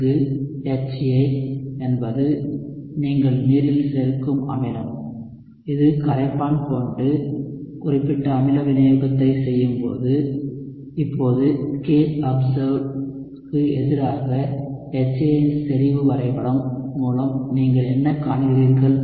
இங்கு HA என்பது நீங்கள் நீரில் சேர்க்கும் அமிலம் இது கரைப்பான் கொண்டு குறிப்பிட்ட அமில வினையூக்கத்தை செய்யும்போது இப்போது kobserved க்கு எதிராக HA இன் செறிவு வரைபடம் மூலம் நீங்கள் என்ன காண்கிறீர்கள்